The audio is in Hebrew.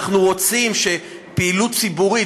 אנחנו רוצים שפעילות ציבורית,